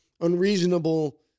unreasonable